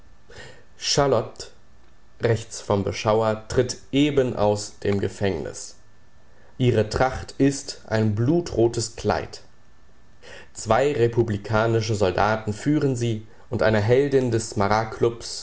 beschauer tritt eben aus dem gefängnis ihre tracht ist ein blutrotes kleid zwei republikanische soldaten führen sie und eine heldin des